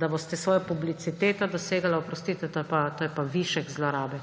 da boste svojo publiciteto dosegali, oprostite, to je pa višek zlorabe.